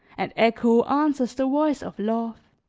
and echo answers the voice of love